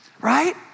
right